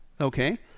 okay